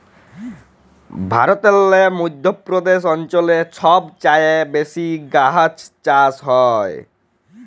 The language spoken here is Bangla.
ভারতেল্লে মধ্য প্রদেশ অঞ্চলে ছব চাঁঁয়ে বেশি গাহাচ চাষ হ্যয়